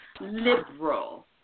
liberal